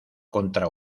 contra